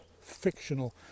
fictional